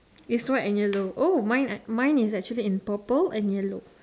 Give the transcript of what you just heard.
is white and yellow oh mine an mine is actually in purple and yellow